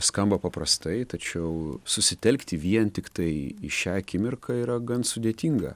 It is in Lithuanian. skamba paprastai tačiau susitelkti vien tiktai į šią akimirką yra gan sudėtinga